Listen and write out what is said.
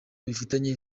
bifitanye